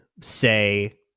say